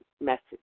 message